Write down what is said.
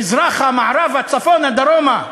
מזרחה, מערבה, צפונה, דרומה,